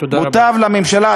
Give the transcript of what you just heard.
מוטב לממשלה,